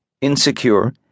insecure